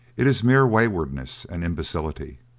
it is mere waywardness and imbecility.